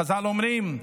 חז"ל אומרים: